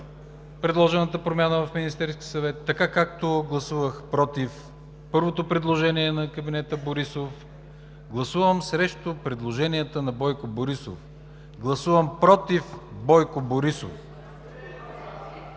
предложената промяна в Министерския съвет, така както гласувах против първото предложение на кабинета Борисов, гласувам срещу предложенията на Бойко Борисов, гласувам против Бойко Борисов!